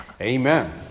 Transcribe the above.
amen